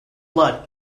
blood